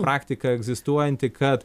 praktika egzistuojanti kad